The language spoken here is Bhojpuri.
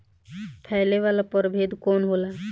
फैले वाला प्रभेद कौन होला?